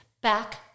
back